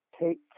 take